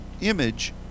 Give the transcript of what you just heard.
image